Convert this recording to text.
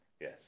Yes